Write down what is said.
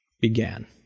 began